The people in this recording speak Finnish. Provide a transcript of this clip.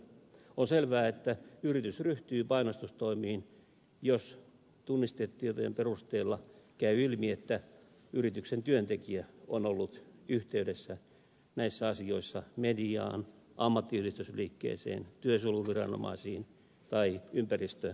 on selvää että yritys ryhtyy painostustoimiin jos tunnistetietojen perusteella käy ilmi että yrityksen työntekijä on ollut yhteydessä näissä asioissa mediaan ammattiyhdistysliikkeeseen työsuojeluviranomaisiin tai ympäristöviranomaisiin